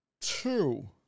two